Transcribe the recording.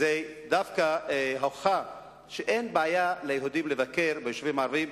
זו דווקא הוכחה שאין בעיה ליהודים לבקר ביישובים ערביים,